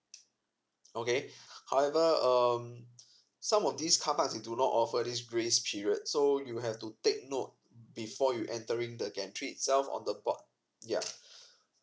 okay however um some of these carpark we do not offer this grace period so you have to take note before you entering the gantry itself on the board yeah